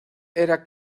era